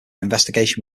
investigation